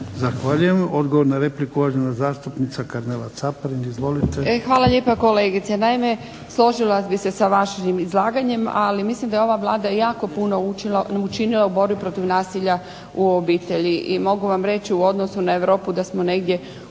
Zahvaljujem. Odgovor na repliku uvažena zastupnica Karmela Caparin. Izvolite. **Caparin, Karmela (HDZ)** Hvala lijepa kolegice. Naime, složila bih se sa vašim izlaganjem. Ali mislim da je ova Vlada jako puno učinila u borbi protiv nasilja u obitelji. I mogu vam reći u odnosu na Europu da smo negdje u